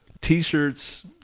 T-shirts